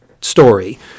story